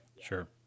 sure